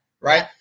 Right